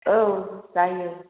औ जायो